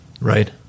Right